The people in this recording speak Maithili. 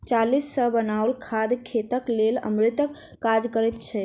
चाली सॅ बनाओल खाद खेतक लेल अमृतक काज करैत छै